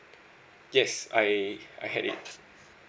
yes I I had it